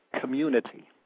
community